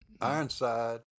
Ironside